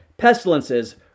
Pestilences